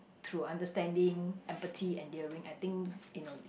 through understanding empathy endearing I think you know